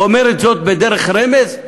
הוא אומר את זאת בדרך רמז?